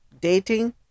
dating